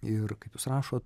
ir kaip jūs rašot